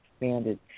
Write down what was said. expanded